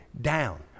down